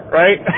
right